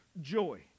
joy